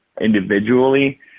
individually